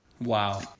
Wow